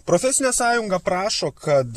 profesinė sąjunga prašo kad